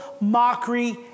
mockery